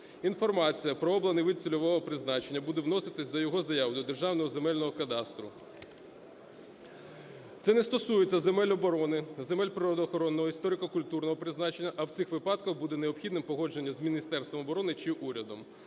Інформація про обраний вид цільового призначення буде вноситись за його заявою до Державного земельного кадастру. Це не стосується земель оборони, земель природоохоронного, історико-культурного призначення, а в цих випадках буде необхідним погодження з Міністерством оборони чи урядом.